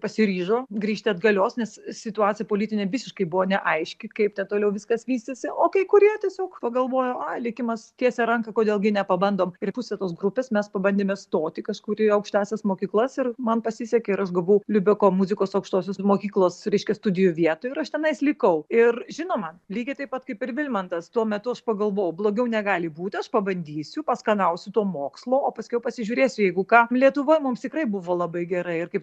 pasiryžo grįžti atgalios nes situacija politinė visiškai buvo neaiški kaip te toliau viskas vystėsi o kai kurie tiesiog pagalvojo a likimas tiesia ranką kodėl gi nepabandom ir pusė tos grupės mes pabandėme stoti kažkur į aukštąsias mokyklas ir man pasisekė ir aš gavau liubeko muzikos aukštosios mokyklos reiškias studijų vietų ir aš tenais likau ir žinoma lygiai taip pat kaip ir vilmantas tuo metu aš pagalvojau blogiau negali būti aš pabandysiu paskanausiu to mokslo o paskiau pasižiūrėsiu jeigu ką lietuva mums tikrai buvo labai gera ir kaip